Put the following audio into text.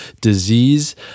disease